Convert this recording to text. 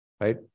right